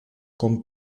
con